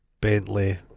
Bentley-